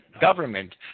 government